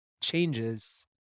changes